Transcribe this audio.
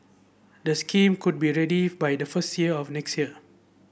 the scheme could be ready by the first year of next year